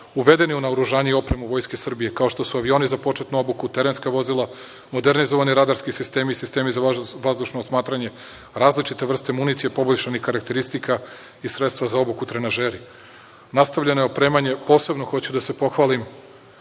uvedeni u naoružani i opremu Vojske Srbije, kao što su avioni za početnu obuku, terenska vozila, modernizovani radarski sistemi i sistemi za vazdušno osmatranje, različite vrste municije poboljšanih karakteristika i sredstva za obuku, trenažeri. Posebno hoću da se pohvalim